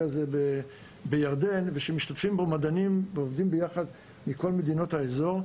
הזה בירדן ושמשתתפים בו מדענים ועובדים יחד מכל מדינות האזור.